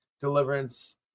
deliverance